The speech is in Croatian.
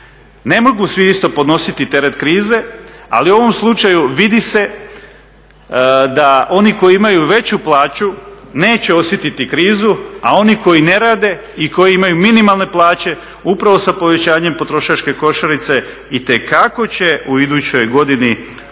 Ne mogu svi isto podnositi teret krize, ali u ovom slučaju vidi se da oni koji imaju veću plaću neće osjetiti krizu, a oni koji ne rade i koji imaju minimalne plaće upravo sa povećanjem potrošačke košarice itekako će u idućoj godini osjetiti